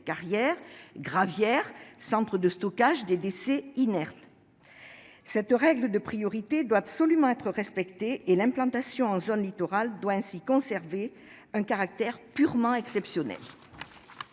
carrières, les gravières ou les centres de stockage des déchets inertes. Cette règle de priorité doit absolument être respectée et l'implantation en zone littorale doit ainsi conserver un caractère purement exceptionnel.